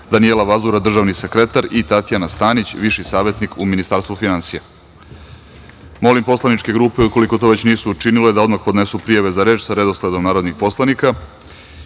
Danijela Vazura, državni sekretar i Tatjana Stanić, viši savetnik u Ministarstvu finansija. Molim poslaničke grupe, ukoliko to već nisu učinile, da odmah podnesu prijave za reč sa redosledom narodnih poslanika. Saglasno